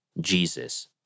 Jesus